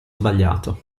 sbagliato